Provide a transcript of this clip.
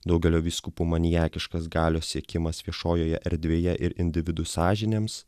daugelio vyskupų maniakiškas galios siekimas viešojoje erdvėje ir individų sąžinėms